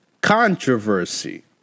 Controversy